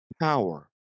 power